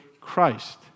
Christ